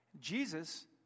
Jesus